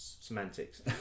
semantics